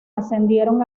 ascendieron